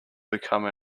become